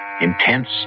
Intense